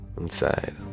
inside